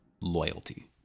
loyalty